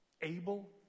able